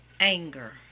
anger